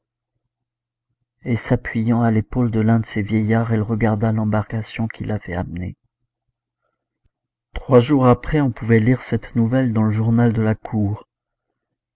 et s'appuyant à l'épaule de l'un de ces vieillards elle regarda l'embarcation qui l'avait amenée trois jours après on pouvait lire cette nouvelle dans le journal de la cour